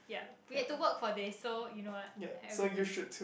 ya we have to work for this so you know what everybody